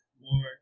more